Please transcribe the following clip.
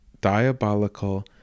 diabolical